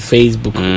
Facebook